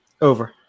Over